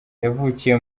yavukiye